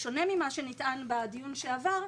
בשונה ממה שנטען בדיון שעבר,